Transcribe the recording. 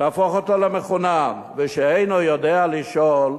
תהפוך אותו למחונן, ושאינו יודע לשאול,